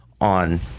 on